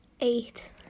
Eight